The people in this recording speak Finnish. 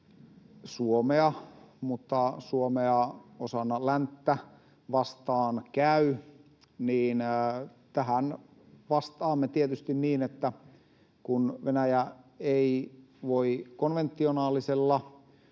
Suomea — Suomea osana länttä — vastaan käy, vastaamme tietysti niin, että Venäjä ei voi konventionaalisella